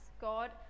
God